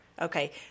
Okay